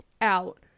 out